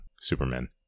superman